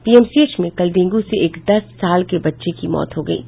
PMCH में कल dengue से एक दस साल के बच्चे की मौत हो गयी